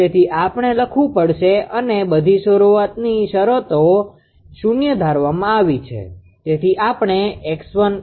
તેથી આપણે લખવું પડશે અને બધી શરૂઆતની શરતો શૂન્ય ધરવામાં આવી છે